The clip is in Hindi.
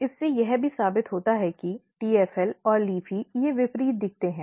इससे यह भी साबित होता है कि TFL और LEAFY ये विपरीत दिखते हैं